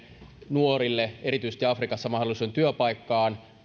nuorille erityisesti afrikassa mahdollisuuden työpaikkaan